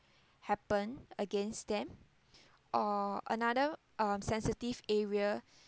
happen against them or another um sensitive area